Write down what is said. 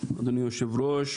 אדוני היושב-ראש,